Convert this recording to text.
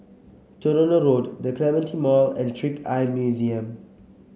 Tronoh Road The Clementi Mall and Trick Eye Museum